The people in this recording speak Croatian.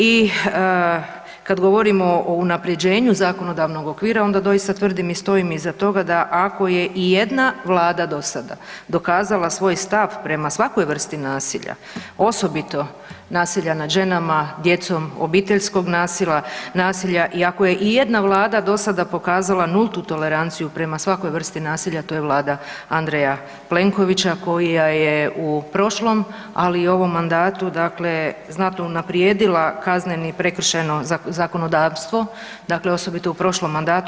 I kad govorimo o unaprjeđenju zakonodavnog okvira onda doista tvrdim i stojim iza toga da ako je ijedna vlada do sada dokazala svoj stav prema svakoj vrsti nasilja, osobito nasilja nad ženama, djecom, obiteljskog nasilja i ako je ijedna vlada do sada pokazala nultu toleranciju prema svakoj vrsti nasilja to je vlada Andreja Plenkovića koja je u prošlom, ali i u ovom mandatu dakle znatno unaprijedila kazneni i prekršajno zakonodavstvo, dakle osobito u prošlom mandatu.